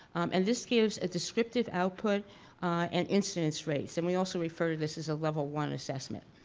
and this gives a descriptive output and incidence rates, and we also refer to this as a level one assessment.